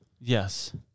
Yes